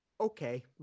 Okay